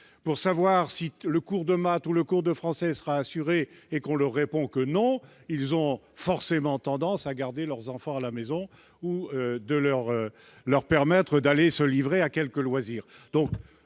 pour savoir si le cours de maths ou de français sera assuré et qu'on leur répond que non, ils ont forcément tendance à garder leurs enfants à la maison ou à leur permettre d'aller se livrer à leurs loisirs.